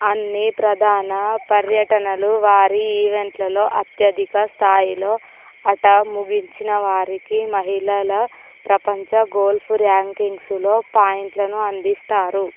అన్ని ప్రధాన పర్యటనలు వారి ఈవెంట్లలో అత్యధిక స్థాయిలో అట ముగించినవారికి మహిళల ప్రపంచ గోల్ఫ్ ర్యాంకింగ్స్లో పాయింట్లను అందిస్తారు